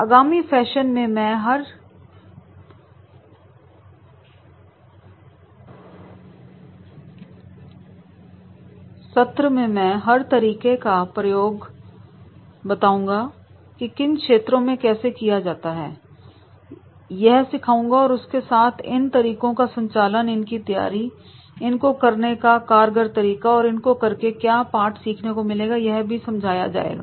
आगामी सत्र में मैं हर तरीके का प्रयोग है क्षेत्रों में कैसे किया जाता है यह सिखाऊंगा और उसके साथ इन तरीकों का संचालन इनकी तैयारी इनको करने का कारगर तरीका और इनको करके क्या पाठ सीखने को मिलेगा यह भी समझाया जाएगा